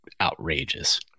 outrageous